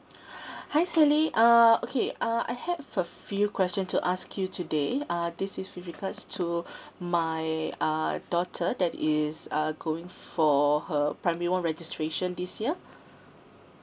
hi sally uh okay uh I have a few question to ask you today uh this is with regards to my uh daughter that is uh going for her primary one registration this year